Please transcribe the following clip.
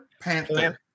Panther